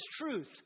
truth